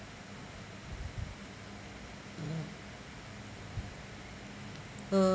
mm uh